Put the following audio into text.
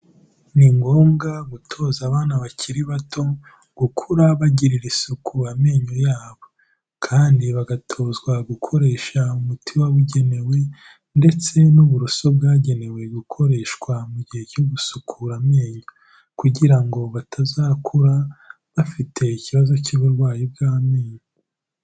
Ni ngombwa gutoza abana bakiri bato gukura bagirira isuku amenyo yabo, kandi bagatozwa gukoresha umuti wabugenewe ndetse n'uburoso bwagenewe gukoreshwa mu gihe cyo gusukura amenyo; kugira ngo batazakura bafite ikibazo cy'uburwayi bw'amenyo.